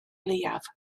leiaf